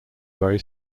very